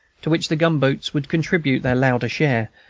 to which the gunboats would contribute their louder share,